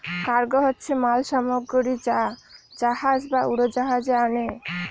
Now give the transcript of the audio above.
cargo হচ্ছে মাল সামগ্রী যা জাহাজ বা উড়োজাহাজে আনে